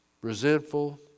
Resentful